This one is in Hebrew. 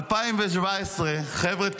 חבר'ה,